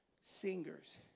singers